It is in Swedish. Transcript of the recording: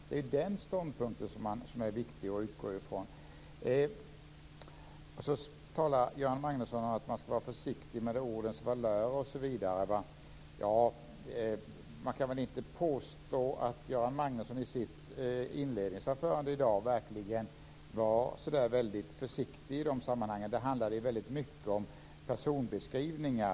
Det är den ståndpunkten som är viktig att utgå från. Göran Magnusson talar också om att man ska vara försiktig med ordens valörer osv. Man kan väl inte påstå att Göran Magnusson i sitt inledningsanförande i dag var så där väldigt försiktig i de sammanhangen. Det handlade mycket om personbeskrivningar.